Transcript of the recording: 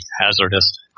hazardous